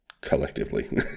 collectively